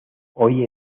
hoy